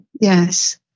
Yes